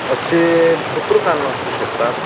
असे भरपूर कारणं असू शकतात